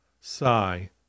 sigh